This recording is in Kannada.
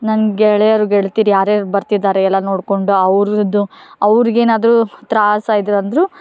ನನ್ನ ಗೆಳೆಯರು ಗೆಳತಿರು ಯಾರ್ಯಾರು ಬರ್ತಿದ್ದಾರೆ ಎಲ್ಲ ನೋಡಿಕೊಂಡು ಅವ್ರದ್ದು ಅವ್ರ್ಗೆ ಏನಾದರೂ ತ್ರಾಸು ಆಯ್ತು ಅಂದರೂ